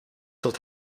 tot